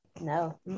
no